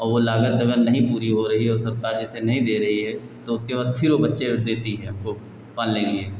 और वह लागत अगर नहीं पूरी हो रही है सरकार पैसे नहीं दे रही है तो उसके बाद फ़िर वह बच्चे देती है हमको पालने के लिए